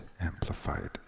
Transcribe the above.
amplified